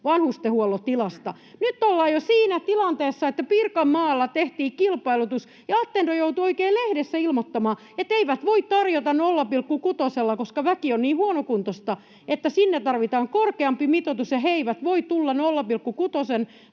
vanhustenhuollon tilasta. Nyt ollaan jo siinä tilanteessa, että Pirkanmaalla tehtiin kilpailutus ja Attendo joutui oikein lehdessä ilmoittamaan, etteivät voi tarjota 0,6:lla, koska väki on niin huonokuntoista, että sinne tarvitaan korkeampi mitoitus, ja he eivät voi tulla 0,6:n